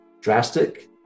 drastic